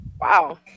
wow